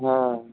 হ্যাঁ